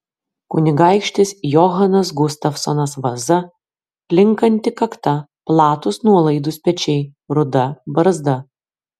kunigaikštis johanas gustavsonas vaza plinkanti kakta platūs nuolaidūs pečiai ruda barzda